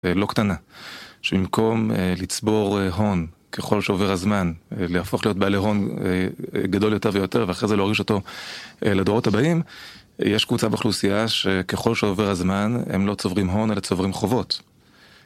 לא קטנה, שבמקום לצבור הון ככל שעובר הזמן, ולהפוך להיות בעלי הון גדול יותר ויותר, ואחרי זה להוריש אותו לדורות הבאים, יש קבוצה באוכלוסייה שככל שעובר הזמן הם לא צוברים הון אלא צוברים חובות.